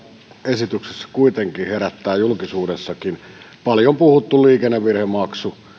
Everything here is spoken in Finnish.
esityksessä kuitenkin herättää julkisuudessakin paljon puhuttu liikennevirhemaksu